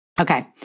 Okay